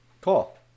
Cool